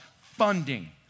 funding